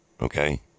Okay